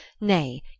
nay